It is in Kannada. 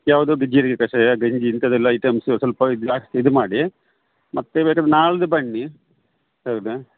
ಯಾವುದು ಬಿ ಜೀರ್ಗೆ ಕಷಾಯ ಗಂಜಿ ಇಂಥದೆಲ್ಲ ಐಟಮ್ಸು ಸ್ವಲ್ಪ ಜಾಸ್ತಿ ಇದು ಮಾಡಿ ಮತ್ತು ಬೇಕಾದ್ರ್ ನಾಳಿದ್ದು ಬನ್ನಿ ಹೌದ